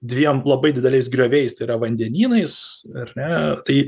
dviem labai dideliais grioviais tai yra vandenynais ar ne tai